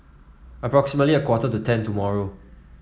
approximately a quarter to ten tomorrow